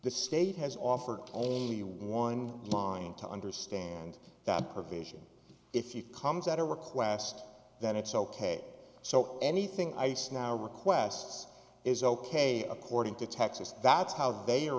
the state has offered only one mind to understand that provision if you comes at a request that it's ok so anything ice now requests is ok according to texas that's how they are